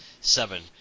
seven